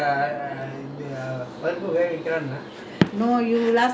no you last time I want to know about your market